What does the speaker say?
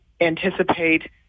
anticipate